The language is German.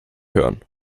hören